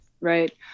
Right